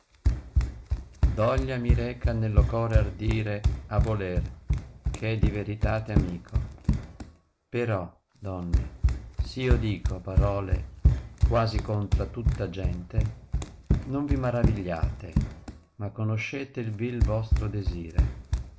uoglia mi reca nello core ardire a voler eh è di ventate amico però donne s io dico parole quasi contra a tutta gente non vi maravigliate ma conoscete il vii vostro desire